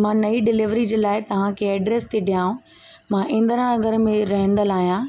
मां नई डिलीवरी जे लाइ तव्हांखे एड्रेस थी ॾियांव मां इंद्रा नगर में रहंदल आहियां